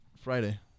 Friday